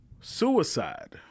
Suicide